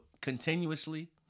continuously